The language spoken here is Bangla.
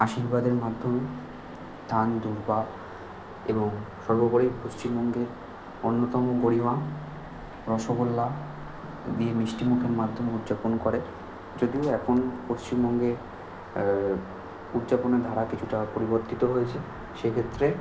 আশীর্বাদের মাধ্যমে ধান দূর্বা এবং সর্বোপরি পশ্চিমবঙ্গের অন্যতম গড়িমা রসগোল্লা দিয়ে মিষ্টিমুখের মাধ্যমে উদযাপন করে যদিও এখন পশ্চিমবঙ্গে উদযাপনের ধারা কিছুটা পরিবর্তিত হয়েছে সে ক্ষেত্রে